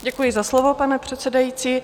Děkuji za slovo, pane předsedající.